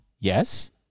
Yes